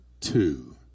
two